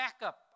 backup